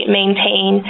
maintain